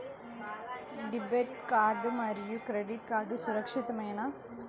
Debit card మరియు credit card సురక్షితమేనా?